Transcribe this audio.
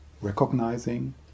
recognizing